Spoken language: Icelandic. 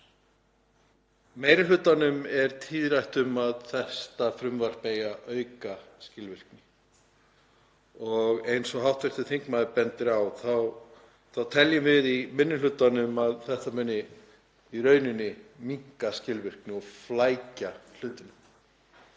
Meiri hlutanum verður tíðrætt um að þetta frumvarp eigi að auka skilvirkni og eins og hv. þingmaður bendir á þá teljum við í minni hlutanum að þetta muni í raun minnka skilvirkni og flækja hlutina.